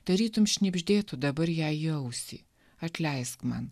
tarytum šnibždėtų dabar jai į ausį atleisk man